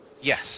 Yes